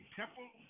temple